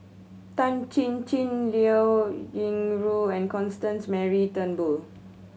Tan Chin Chin Liao Yingru and Constance Mary Turnbull